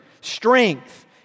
strength